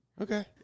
Okay